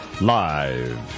Live